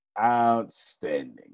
Outstanding